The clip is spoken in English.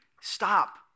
stop